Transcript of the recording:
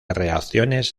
reacciones